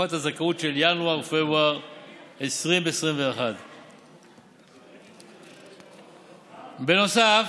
לתקופת הזכאות של ינואר-פברואר 2021. בנוסף,